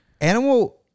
animal